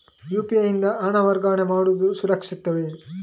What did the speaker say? UPI ಯಿಂದ ಹಣ ವರ್ಗಾವಣೆ ಮಾಡುವುದು ಸುರಕ್ಷಿತವೇ?